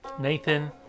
nathan